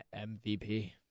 MVP